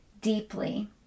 deeply